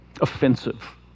offensive